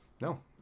No